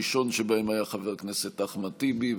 ראשון שבהם היה חבר הכנסת אחמד טיבי,